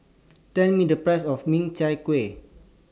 Tell Me The Price of Min Chiang Kueh